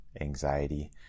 anxiety